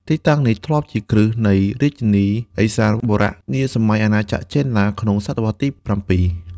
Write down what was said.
ទីតាំងនេះធ្លាប់ជាគ្រឹះនៃរាជធានី "ឦសានបុរៈ" នាសម័យអាណាចក្រចេនឡា ក្នុងសតវត្សរ៍ទី៧។